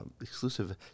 Exclusive